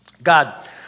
God